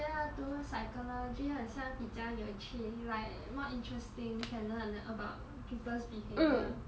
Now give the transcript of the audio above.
我觉得读 psychology 很像比较有趣 like more interesting can learn about people's behaviour